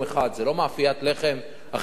זה לא מאפיית לחם אחרי פסח,